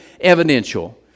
evidential